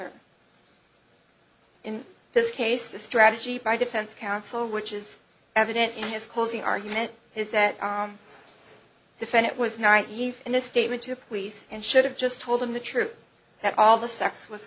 her in this case the strategy by defense counsel which is evident in his closing argument is that defendant was naive in a statement to police and should have just told him the truth that all the sex was